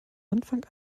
anfang